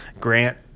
grant